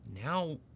Now